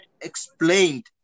explained